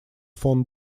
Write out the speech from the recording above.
фон